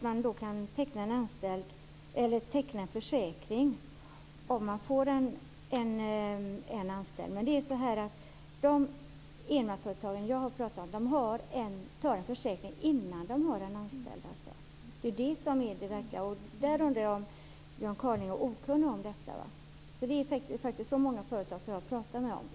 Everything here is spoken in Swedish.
Man kan teckna en försäkring om man får en anställd. De enmansföretagare jag har pratat med tecknar en försäkring innan de har en anställd. Det är det som är verkligheten. Jag undrar om Björn Kaaling är okunnig om det här. Jag har pratat med många företag om detta.